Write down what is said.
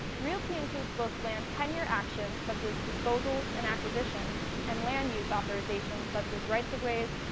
realty includes both land tenure actions such as disposals and acquisitions and land use authorizations such as rights-of-ways,